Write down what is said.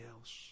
else